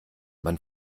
man